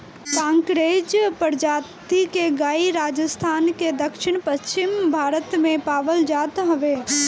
कांकरेज प्रजाति के गाई राजस्थान के दक्षिण पश्चिम भाग में पावल जात हवे